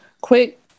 Quick